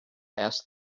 asked